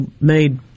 made